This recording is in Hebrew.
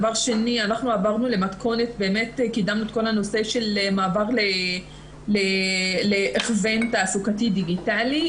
דבר שני, קידמנו את המעבר להכוון תעסוקתי דיגיטלי.